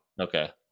okay